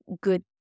good